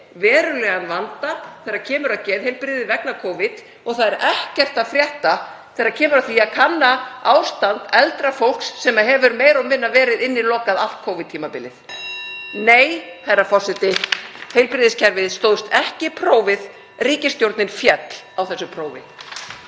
verulegan vanda þegar kemur að geðheilbrigði vegna Covid. Og það er ekkert að frétta þegar kemur að því að kanna ástand eldra fólks sem hefur meira og minna verið innilokað allt Covid-tímabilið. (Forseti hringir.) Nei, herra forseti. Heilbrigðiskerfið stóðst ekki prófið. Ríkisstjórnin féll á þessu prófi.